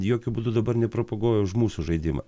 jokiu būdu dabar nepropaguoju už mūsų žaidimą